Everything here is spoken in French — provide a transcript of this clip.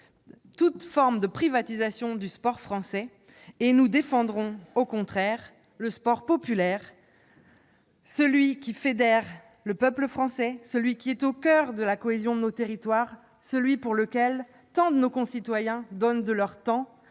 toute forme de privatisation du sport français. Nous défendrons au contraire le sport populaire, celui qui fédère le peuple français, celui qui est au coeur de la cohésion de nos territoires, celui pour lequel tant de nos concitoyens donnent de leur temps.